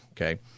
okay